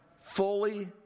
fully